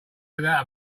without